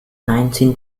nineteen